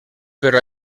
però